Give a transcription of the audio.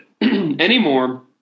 anymore